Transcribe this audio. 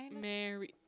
Mary